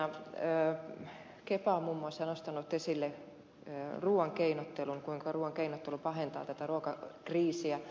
kepa muun muassa on nostanut esille ruoalla keinottelun kuinka ruualla keinottelu pahentaa tätä ruokakriisiä